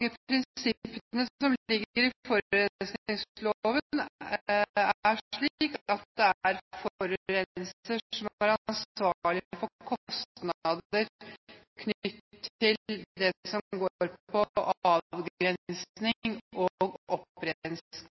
Prinsippene som ligger i forurensningsloven, er slik at det er forurenser som er ansvarlig for kostnader knyttet til det som går på avgrensning og